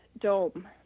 dome